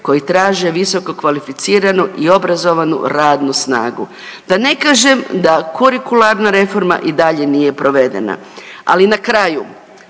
koje traže visokokvalificiranu i obrazovanu radnu snagu, da ne kažem da kurikularna reforma i dalje nije provedena. Ali na kraju,